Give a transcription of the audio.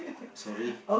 sorry